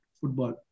football